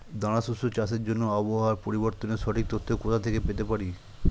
দানা শস্য চাষের জন্য আবহাওয়া পরিবর্তনের সঠিক তথ্য কোথা থেকে পেতে পারি?